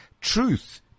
Truth